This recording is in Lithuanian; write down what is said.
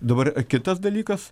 dabar kitas dalykas